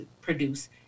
produce